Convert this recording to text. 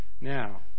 Now